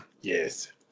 yes